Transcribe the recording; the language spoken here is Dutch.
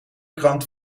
krant